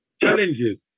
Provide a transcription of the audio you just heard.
challenges